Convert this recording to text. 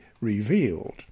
revealed